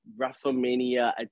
WrestleMania